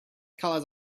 colors